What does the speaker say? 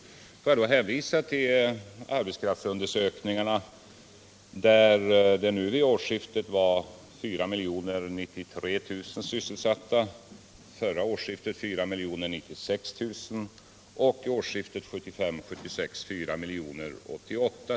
Jag vill då hänvisa till att arbetskraftsundersökningarna visar att vid årsskiftet 1977 76.